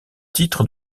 titre